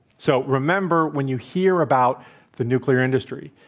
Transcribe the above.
so remember, when you hear about the nuclear industry,